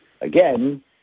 again